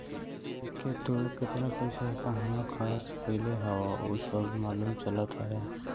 एके तू केतना पईसा कहंवा खरच कईले हवअ उ सब मालूम चलत हवे